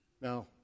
Now